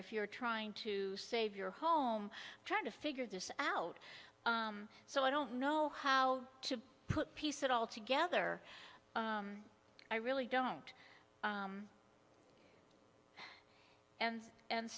if you're trying to save your home trying to figure this out so i don't know how to put piece it all together i really don't and and